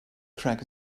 craig